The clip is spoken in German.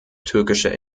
türkische